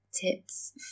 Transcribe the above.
tips